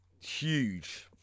huge